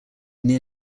near